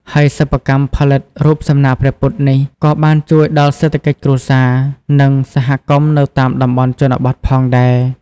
ហើយសិប្បកម្មផលិតរូបសំណាកព្រះពុទ្ធនេះ ក៏បានជួយដល់សេដ្ឋកិច្ចគ្រួសារ និងសហគមន៍នៅតាមតំបន់ជនបទផងដែរ។